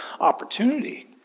opportunity